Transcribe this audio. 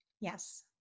Yes